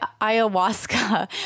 ayahuasca